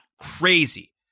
crazy